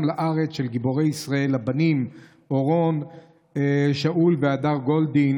לארץ של גיבורי ישראל הבנים אורון שאול והדר גולדין,